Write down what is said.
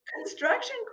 construction